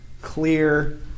Clear